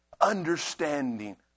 understanding